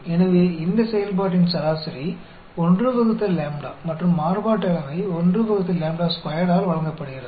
எனவே இந்த செயல்பாட்டின் சராசரி 1 λ மற்றும் மாறுபாட்டு அளவை 1 λ2 ஆல் வழங்கப்படுகிறது